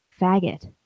faggot